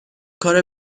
کار